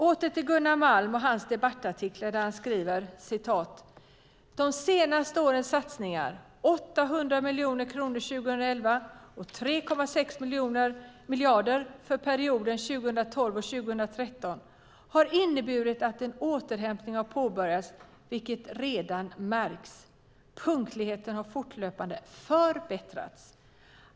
Åter till Gunnar Malm och hans debattartikel: "De senaste årens satsningar - 800 miljoner kronor 2011 och 3,6 miljarder kronor fördelat på 2012 och 2013 - har inneburit att en återhämtning har påbörjats vilket redan märks. Punktligheten har nu fortlöpande förbättrats.